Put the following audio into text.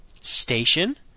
Station